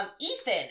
Ethan